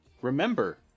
remember